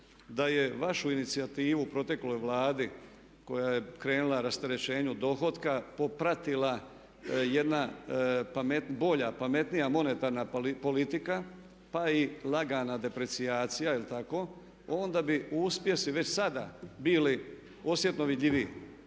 da je vašu inicijativu u protekloj Vladi koja je krenula k rasterećenju dohotka popratila jedna bolja, pametnija, monetarna politika pa i lagana deprecijacija jel' tako onda bi uspjesi već sada bili osjetno vidljiviji.